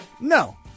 No